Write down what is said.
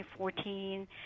2014